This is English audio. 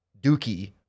Dookie